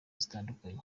zitandukanye